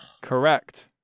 Correct